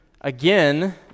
Again